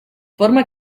forma